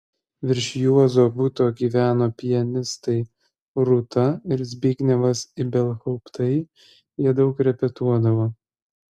virš juozo buto gyveno pianistai rūta ir zbignevas ibelhauptai jie daug repetuodavo